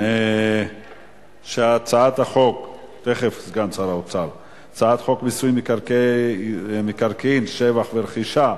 שהצעת חוק מיסוי מקרקעין (שבח רכישה)